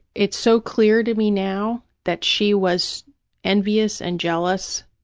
it's so clear to me now that she was envious and jealous.